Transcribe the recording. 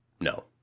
No